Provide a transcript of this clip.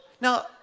Now